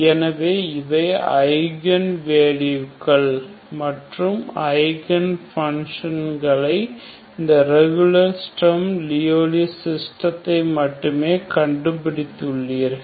எனவே இவை ஐகன் வேல்யூகள் மற்றும் ஐகன் பங்க்ஷன் களை இந்த ரெகுலர் ஸ்டெர்ம் லியோவ்லி சிஸ்டம்களை மட்டுமே கண்டு பிடித்துள்ளார்கள்